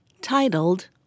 titled